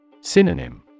Synonym